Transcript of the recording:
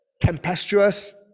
tempestuous